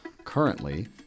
Currently